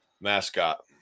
mascot